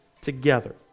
together